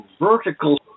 vertical